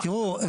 תראו,